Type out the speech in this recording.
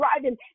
driving